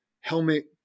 helmet